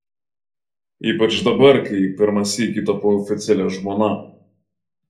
ypač dabar kai pirmą sykį tapau oficialia žmona